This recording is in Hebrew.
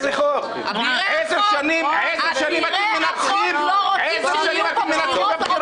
עשר שנים אתם מנצחים בבחירות.